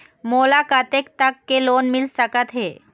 मोला कतेक तक के लोन मिल सकत हे?